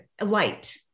light